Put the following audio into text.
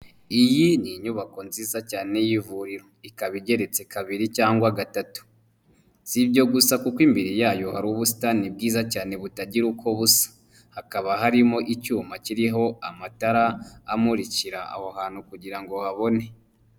Iyi ni inyubako nziza cyane y'ivuriro, ikaba igeretse kabiri cyangwa gatatu, si ibyo gusa kuko imbere yayo hari ubusitani bwiza cyane butagira uko busa, hakaba harimo icyuma kiriho amatara amurikira aho hantu kugira ngo habone.